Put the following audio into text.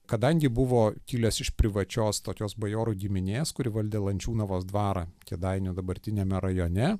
kadangi buvo kilęs iš privačios tokios bajorų giminės kuri valdė lančiūnavos dvarą kėdainių dabartiniame rajone